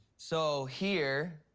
so here,